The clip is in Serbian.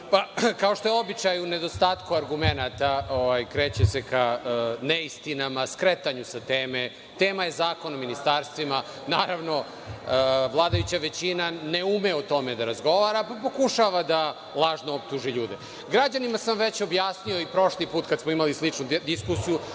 što je običaj, u nedostatku argumenata kreće se ka neistinama, skretanju sa teme. Tema je Zakon o ministarstvima. Naravno, vladajuća većina ne ume o tome da razgovara, pa pokušava da lažno optuži ljude. Građanima sam već objasnio i prošli put kada smo imali sličnu diskusiju